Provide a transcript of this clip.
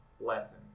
lesson